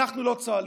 אנחנו לא צוהלים.